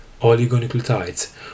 oligonucleotides